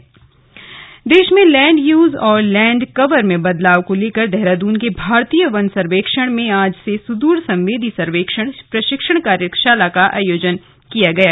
slug seminar देश में land use और लैंड कवर में बदलाव को लेकर देहरादून के भारतीय वन सर्वेक्षण में आज से सुदूर संवेदी सर्वेक्षण प्रशिक्षण कार्यशाला शुरू हुई है